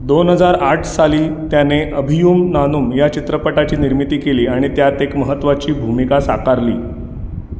दोन हजार आठ साली त्याने अभियुम नानूम या चित्रपटाची निर्मिती केली आणि त्यात एक महत्त्वाची भूमिका साकारली